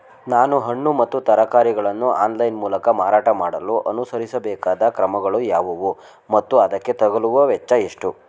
ನಾನು ಹಣ್ಣು ಮತ್ತು ತರಕಾರಿಗಳನ್ನು ಆನ್ಲೈನ ಮೂಲಕ ಮಾರಾಟ ಮಾಡಲು ಅನುಸರಿಸಬೇಕಾದ ಕ್ರಮಗಳು ಯಾವುವು ಮತ್ತು ಅದಕ್ಕೆ ತಗಲುವ ವೆಚ್ಚ ಎಷ್ಟು?